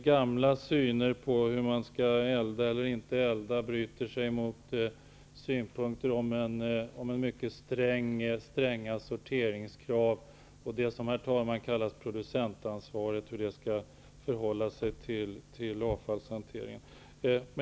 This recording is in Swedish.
Gamla syner på hur man skall elda eller inte elda bryter sig mot synpunkter om mycket stränga sorteringskrav och hur det som kallas producentansvaret skall förhålla sig till avfallshanteringen.